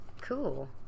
Cool